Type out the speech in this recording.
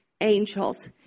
angels